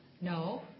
No